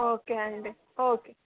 okay అండి okay